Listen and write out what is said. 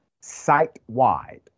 site-wide